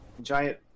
giant